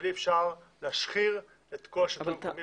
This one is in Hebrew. אבל אי אפשר להשחיר את כל השלטון המקומי.